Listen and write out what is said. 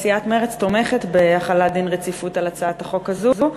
סיעת מרצ תומכת בהחלת דין רציפות על הצעת החוק הזאת.